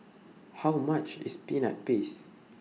How much IS Peanut Paste